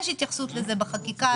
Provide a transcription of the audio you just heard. התשפ"ב-2021,